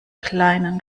kleinen